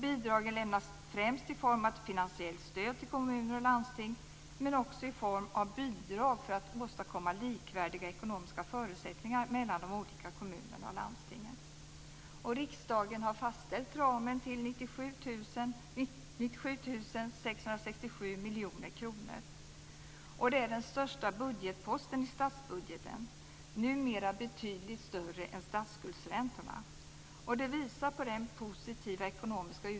Bidragen lämnas främst i form av ett allmänt finansiellt stöd till kommuner och landsting, men också i form av bidrag för att åstadkomma likvärdiga ekonomiska förutsättningar mellan de olika kommunerna och de olika landstingen. Riksdagen har fastställt ramen till 97 667 miljoner kronor. Det är den största budgetposten i statsbudgeten, numera betydligt större än statsskuldsräntorna.